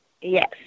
Yes